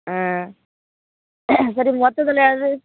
ஆ சரி மொத்ததுலையாவது